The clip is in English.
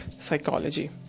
psychology